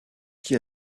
qui